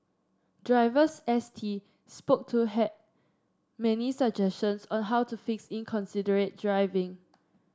drivers S T spoke to had many suggestions on how to fix inconsiderate driving